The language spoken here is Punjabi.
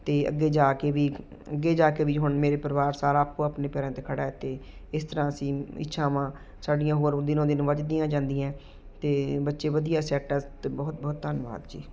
ਅਤੇ ਅੱਗੇ ਜਾ ਕੇ ਵੀ ਅੱਗੇ ਜਾ ਕੇ ਵੀ ਹੁਣ ਮੇਰੇ ਪਰਿਵਾਰ ਸਾਰਾ ਆਪੋ ਆਪਣੇ ਪੈਰਾਂ 'ਤੇ ਖੜ੍ਹਾ ਹੈ ਅਤੇ ਇਸ ਤਰ੍ਹਾਂ ਅਸੀਂ ਇੱਛਾਵਾਂ ਸਾਡੀਆਂ ਹੋਰ ਰੋਜ਼ ਦਿਨੋਂ ਦਿਨ ਵਧਦੀਆਂ ਜਾਂਦੀਆਂ ਹੈ ਅਤੇ ਬੱਚੇ ਵਧੀਆ ਸੈੱਟ ਆ ਅਤੇ ਬਹੁਤ ਬਹੁਤ ਧੰਨਵਾਦ ਜੀ